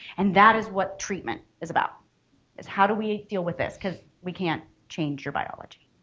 and that is what treatment is about is how do we deal with this because we can't change your biology.